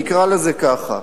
נקרא לזה כך,